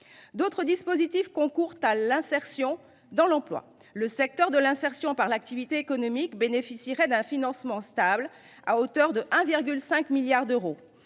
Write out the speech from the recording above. D’autres dispositifs concourent à l’insertion par l’emploi. Le secteur de l’insertion par l’activité économique bénéficierait d’un financement stable, à hauteur de 1,5 milliard d’euros.